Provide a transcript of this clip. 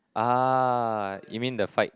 ah you mean the fight